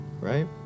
Right